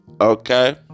Okay